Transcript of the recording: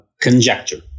conjecture